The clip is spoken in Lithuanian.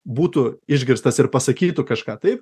būtų išgirstas ir pasakytų kažką taip